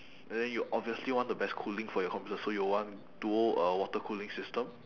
and then you obviously want the best cooling for your computer so you want dual uh water cooling system